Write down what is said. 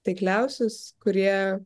taikliausius kurie